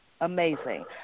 Amazing